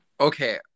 Okay